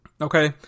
Okay